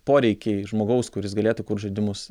poreikiai žmogaus kuris galėtų kurt žaidimus